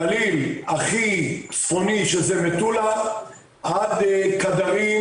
גליל הכי צפוני, שזה מטולה עד קדרים,